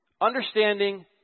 understanding